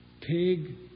Pig